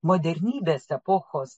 modernybės epochos